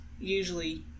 usually